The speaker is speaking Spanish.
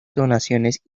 donaciones